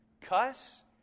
Cuss